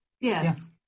Yes